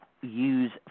use